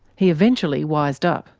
he eventually wised up.